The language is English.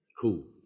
Cool